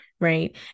right